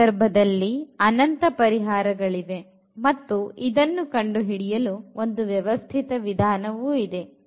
ಈ ಸಂದರ್ಭದಲ್ಲಿ ಅನಂತ ಪರಿಹಾರ ಗಳು ಇವೆ ಮತ್ತು ಇದನ್ನು ಕಂಡು ಹಿಡಿಯಲು ಒಂದು ವ್ಯವಸ್ಥಿತ ವಿಧಾನವು ಇದೆ